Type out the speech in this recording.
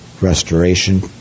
restoration